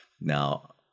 Now